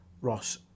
Ross